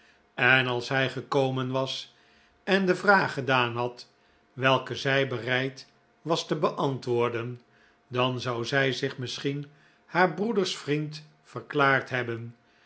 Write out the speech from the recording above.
en als hij gekomen was en de vraag gedaan had welke zij bereid was te beantwoorden dan zou zij zich misschien haar breeders vriend verklaard hebben